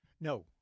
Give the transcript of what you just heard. No